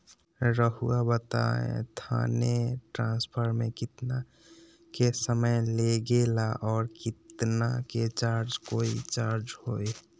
रहुआ बताएं थाने ट्रांसफर में कितना के समय लेगेला और कितना के चार्ज कोई चार्ज होई?